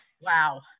wow